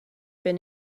been